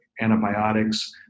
antibiotics